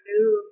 move